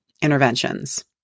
interventions